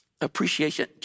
Appreciation